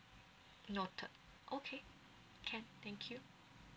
noted okay can thank you